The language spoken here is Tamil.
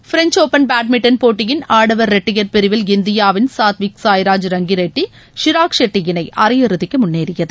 பிரெஞ்சு ஒபன் பேட்மிண்டன் போட்டியின் ஆடவர் இரட்டையர் பிரிவில் இந்தியாவின் சாத்விக்சாய்ராஜ் ரங்கி ரெட்டி ஷிராக் செட்டி இணை அரையிறுதிக்கு முன்னேறியது